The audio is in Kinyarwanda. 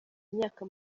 imyaka